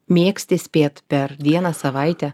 mėgsti spėt per vieną savaitę